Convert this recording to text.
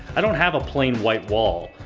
i don't have a plain white wall,